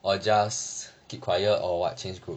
or just keep quiet or what change group